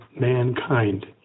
mankind